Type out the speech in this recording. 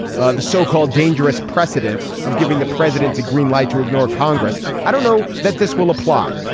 ah the so-called dangerous precedent of giving the presidents a green light to ignore congress. i don't know that this will apply.